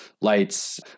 lights